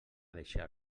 deixar